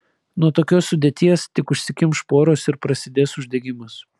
nuo tokios sudėties tik užsikimš poros ir prasidės uždegimas